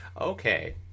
Okay